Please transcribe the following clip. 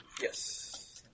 Yes